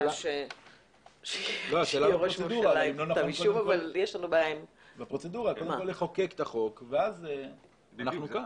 האם לא נכון קודם כל לחוקק את החוק ואז אנחנו כאן?